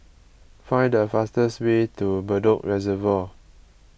find the fastest way to Bedok Reservoir